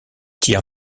tire